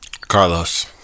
Carlos